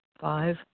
Five